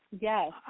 Yes